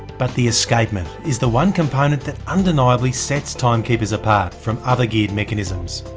but the escapement is the one component that undeniably sets timekeepers apart from other geared mechanisms.